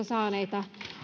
saaneita